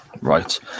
Right